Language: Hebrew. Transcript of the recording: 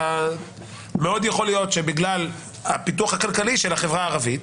מאוד יכול להיות שבגלל הפיתוח הכלכלי של החברה הערבית,